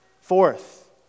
Fourth